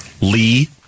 Lee